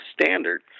Standard